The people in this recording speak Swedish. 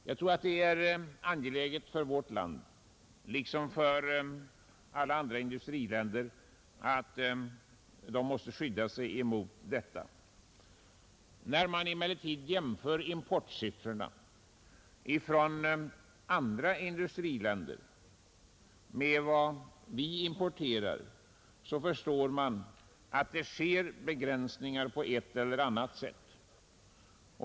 Jag tror att det är angeläget för vårt land liksom för alla andra industriländer att skydda sig mot detta. När man emellertid jämför importsiffrorna från andra industriländer med vad vi importerar förstår man att andra länder tillämpar begränsningar på ett eller annat sätt.